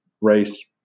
race